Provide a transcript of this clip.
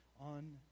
on